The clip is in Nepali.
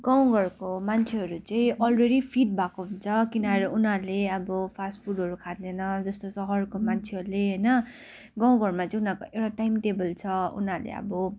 गाउँघरको मान्छेहरू चाहिँ अलरेडी फिट भएको हुन्छ तिनीहरू उनीहरूले अब फास्ट फुडहरू खाँदैन जस्तो सहरको मान्छेहरूले होइन गाउँघरमा चाहिँ उनीहरूको एउटा टाइमटेबल छ उनीहरूले अब